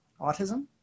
autism